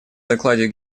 докладе